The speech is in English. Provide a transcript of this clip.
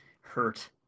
hurt